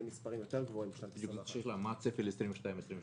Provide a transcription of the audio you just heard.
יהיו מספרים גבוהים יותר בשנת 21. מה הצפי לשנים 22 ו-23?